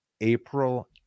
April